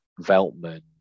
Veltman